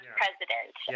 president